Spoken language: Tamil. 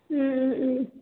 ம் ம் ம்